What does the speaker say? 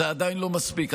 זה עדיין לא מספיק.